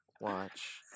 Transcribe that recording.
watch